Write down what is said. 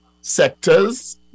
sectors